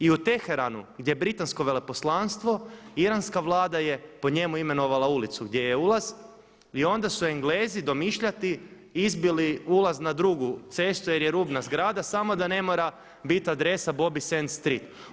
I u Teheranu gdje je Britansko veleposlanstvo iranska Vlada je po njemu imenovala ulicu gdje je ulaz i onda su Englezi domišljati izbili ulaz na drugu cestu jer je rubna zgrada samo da ne mora biti adresa Bobbie … [[Govorink se ne razumije.]] street.